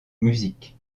music